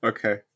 Okay